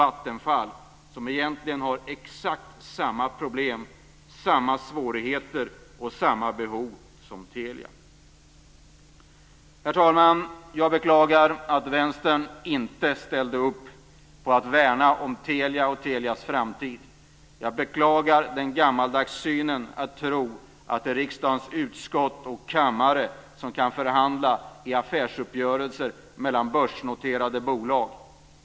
Vattenfall har egentligen exakt samma problem, samma svårigheter och samma behov som Herr talman! Jag beklagar att Vänstern inte ställde upp för att värna om Telia och Telias framtid. Jag beklagar den gammaldags synen att riksdagens utskott och kammaren ska förhandla i affärsuppgörelser mellan börsnoterade bolag.